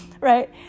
right